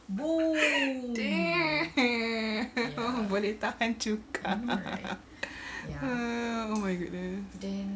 damn boleh tahan juga ah oh my goodness